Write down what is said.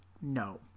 No